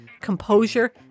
composure